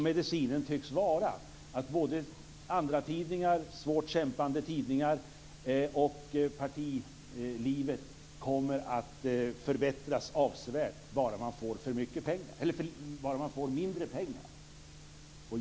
Medicinen tycks vara att både andratidningar, svårt kämpande tidningar och partilivet kommer att förbättras avsevärt bara man får mindre pengar.